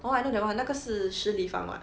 orh I know that [one] 那个是 shi li fang [what]